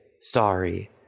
Sorry